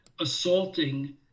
assaulting